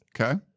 Okay